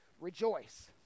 rejoice